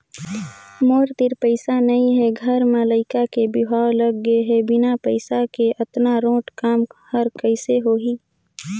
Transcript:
मोर तीर पइसा नइ हे घर म लइका के बिहाव लग गे हे बिना पइसा के अतना रोंट काम हर कइसे होही